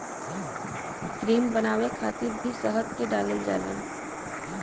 cream बनावे खातिर भी शहद के डालल जाला